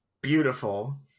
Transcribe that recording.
beautiful